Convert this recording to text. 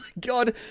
God